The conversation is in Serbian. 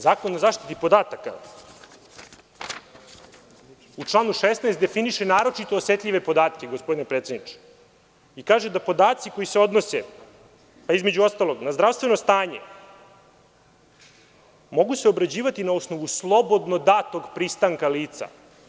Zakon o zaštiti podataka u članu 16. definiše naročito osetljive podatke, gospodine predsedniče, i kaže da podaci koji se odnose, između ostalog, na zdravstveno stanje mogu se obrađivati na osnovu slobodno datog pristanka lica.